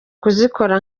kuzikora